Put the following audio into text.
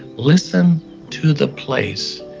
listen to the place,